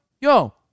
yo